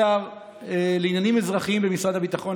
השר לעניינים אזרחיים במשרד הביטחון,